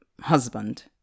husband